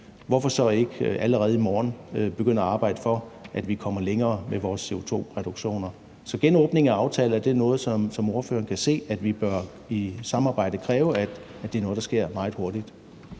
hvorfor så ikke allerede i morgen begynde at arbejde for, at vi kommer længere med vores CO2-reduktioner? Så er en genåbning af aftalen noget, som ordføreren kan se at vi i samarbejde bør kræve sker meget hurtigt?